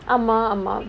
ஆமா ஆமா:aamaa aamaa